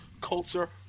Culture